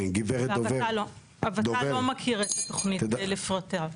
הוות"ל לא מכיר את התוכנית לפרטיה.